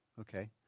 Okay